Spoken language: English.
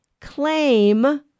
claim